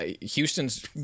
Houston's